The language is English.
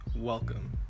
welcome